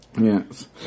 yes